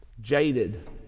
jaded